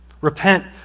Repent